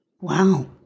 Wow